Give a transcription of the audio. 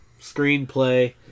screenplay